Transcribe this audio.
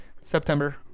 September